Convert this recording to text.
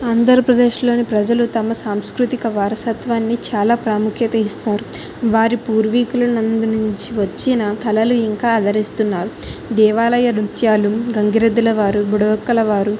ఆంధ్రప్రదేశ్లోని ప్రజలు తమ సాంస్కృతిక వారసత్వాన్ని చాలా ప్రాముఖ్యత ఇస్తారు వారి పూర్వీకుల నందు నుంచి వచ్చిన కళలు ఇంకా ఆదరిస్తున్నారు దేవాలయ నృత్యాలు గంగిరెద్దులవారు బుడబుక్కలవారు